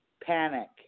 panic